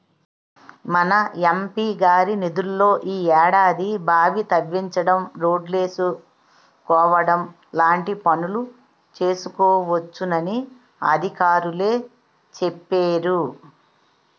మన ఎం.పి గారి నిధుల్లో ఈ ఏడాది బావి తవ్వించడం, రోడ్లేసుకోవడం లాంటి పనులు చేసుకోవచ్చునని అధికారులే చెప్పేరు